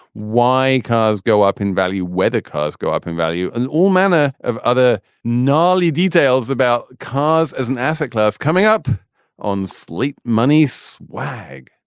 why? cars go up in value, whether cars go up in value and all manner of other gnarly details about cars as an asset class. coming up on sleep. money swag.